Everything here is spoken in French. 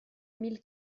mille